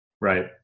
Right